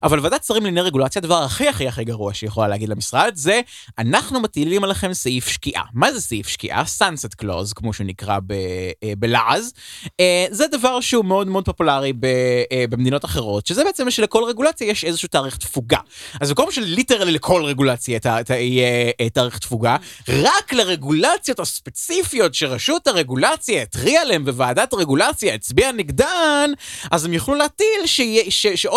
אבל בוועדת שרים לענייני רגולציה, הדבר הכי הכי הכי גרוע שיכולה להגיד למשרד, זה אנחנו מטילים עליכם סעיף שקיעה. מה זה סעיף שקיעה? Sunset Close, כמו שנקרא בלעז. זה דבר שהוא מאוד מאוד פופולרי במדינות אחרות, שזה בעצם זה שלכל רגולציה יש איזשהו תאריך תפוגה. אז במקום של ליטרלי לכל רגולציה יהיה תאריך תפוגה, רק לרגולציות הספציפיות שרשות הרגולציה התריעה עליהם בוועדת הרגולציה, הצביעה נגדם, אז הם יוכלו להתיר...